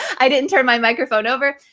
i didn't turn my microphone over.